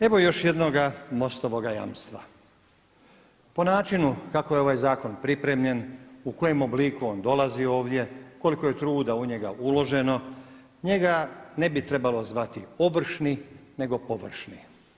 Evo još jednoga MOST-ovog jamstva, po načinu kako je ovaj zakon pripremljen, u kojem obliku on dolazi ovdje, koliko je truda u njega uloženo, njega ne bi trebalo zvati Ovršni nego površni.